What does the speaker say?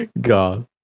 God